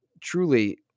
truly